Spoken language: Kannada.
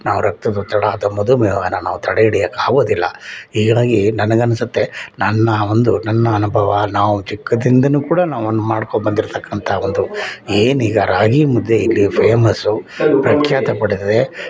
ನಾವು ರಕ್ತದೊತ್ತಡ ಅಥ್ವಾ ಮಧುಮೇಹನ ನಾವು ತಡೆ ಹಿಡಿಯೋಕೆ ಆಗೋದಿಲ್ಲ ಹೀಗಾಗಿ ನನಗೆ ಅನ್ಸುತ್ತೆ ನನ್ನ ಒಂದು ನನ್ನ ಅನುಭವ ನಾವು ಚಿಕ್ಕಂದಿಂದಲೂ ಕೂಡ ನಾವು ಮಾಡ್ಕೊಂಡ್ಬಂದಿರ್ತಕ್ಕಂಥ ಒಂದು ಏನೀಗ ರಾಗಿ ಮುದ್ದೆ ಇಲ್ಲಿ ಫೇಮಸ್ಸು ಪ್ರಖ್ಯಾತ ಪಡೆದಿದೆ